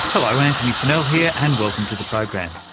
hello, antony funnell here and welcome to the program.